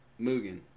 Mugen